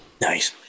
Nice